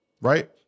right